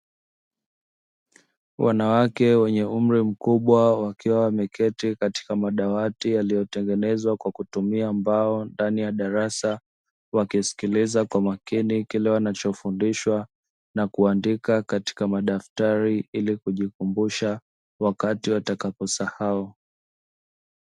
Wanawake wenye umri mkubwa wakiwa wameketi katika madawati yaliyotengenezwa kwa kutumia mbao ndani ya darasa, wakisikiliza kwa makini kile wanachofundishwa na kuandika katika madaftari ili kujikumbusha wakati watakaposahau.